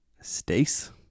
Stace